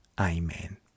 Amen